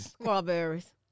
Strawberries